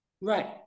right